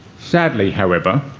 sadly, however,